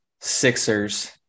Sixers